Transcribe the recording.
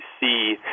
see